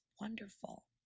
wonderful